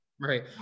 right